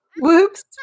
Whoops